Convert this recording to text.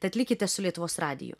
tad likite su lietuvos radiju